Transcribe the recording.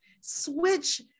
switch